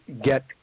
get